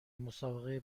مسابقه